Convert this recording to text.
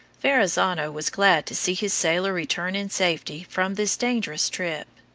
verrazzano was glad to see his sailor return in safety from this dangerous trip.